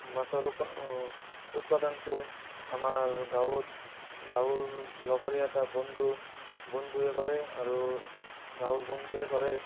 মাছৰ উপা উৎপাদনটো আমাৰ গাঁৱত গাঁৱৰ লগৰে এটা বন্ধু বন্ধুৱে কৰে আৰু গাঁৱৰ বন্ধুৱে কৰে